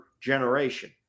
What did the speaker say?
generation